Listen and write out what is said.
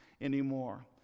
anymore